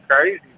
crazy